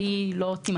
והיא לא תימחק.